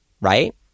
right